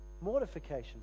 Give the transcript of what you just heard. mortification